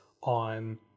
on